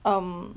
um